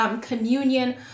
Communion